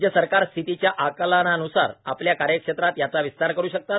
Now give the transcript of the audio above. राज्य सरकार स्थितीच्या आकलनान्सार आपल्या कार्यक्षेत्रात याचा विस्तार करू शकतात